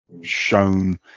shown